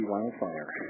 Wildfire